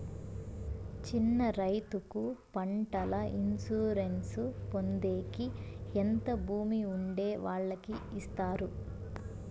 చిన్న రైతుకు పంటల ఇన్సూరెన్సు పొందేకి ఎంత భూమి ఉండే వాళ్ళకి ఇస్తారు?